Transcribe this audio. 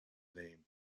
name